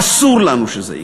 אסור לנו שזה יקרה.